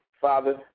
Father